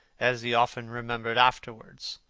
as he often remembered afterwards.